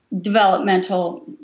developmental